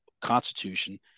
constitution